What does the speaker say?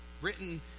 written